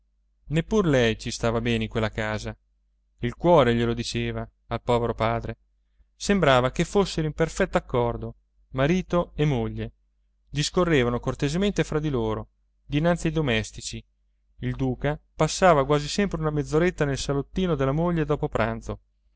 neppur lei non ci stava bene in quella casa il cuore glielo diceva al povero padre sembrava che fossero in perfetto accordo marito e moglie discorrevano cortesemente fra di loro dinanzi ai domestici il duca passava quasi sempre una mezz'oretta nel salottino della moglie dopo pranzo